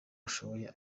ashoboye